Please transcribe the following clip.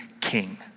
king